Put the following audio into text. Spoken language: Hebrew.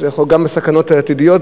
גם כשיש סכנות עתידיות,